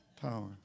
Power